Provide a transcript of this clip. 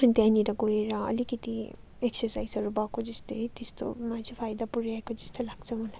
त्यहाँनिर गएर अलिकति एक्सरसाइजहरू भएको जस्तै त्यस्तोमा चाहिँ फाइदा पुर्याएको जस्तो लाग्छ मलाई